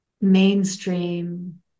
mainstream